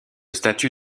statut